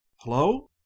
Hello